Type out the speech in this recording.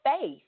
faith